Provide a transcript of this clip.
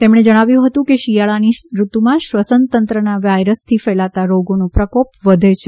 તેમણે જણાવ્યું હતું કે શિયાળાની ઋતુમાં શ્વસનતંત્રના વાયરસથી ફેલાતા રોગોનો પ્રકોપ વધે છે